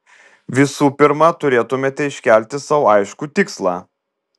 visų pirma turėtumėte iškelti sau aiškų tikslą